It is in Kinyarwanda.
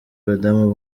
badamu